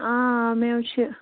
آ مےٚ حظ چھِ